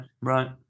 right